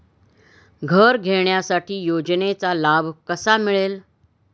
घर घेण्यासाठी योजनेचा लाभ कसा मिळेल?